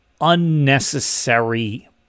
unnecessary